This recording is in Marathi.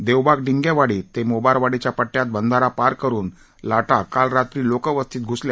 देवबाग डिंगेवाडी ते मोबारवाडीच्या पट्ट्यात बंधारा पार करून लाटा काल रात्री लोकवस्तीत घुसल्या